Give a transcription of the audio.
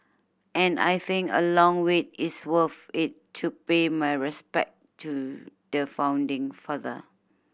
and I think a long wait is worth it to pay my respect to the founding father